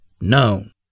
known